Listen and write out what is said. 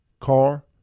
car